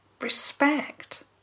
respect